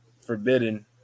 Forbidden